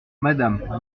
madame